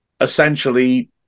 essentially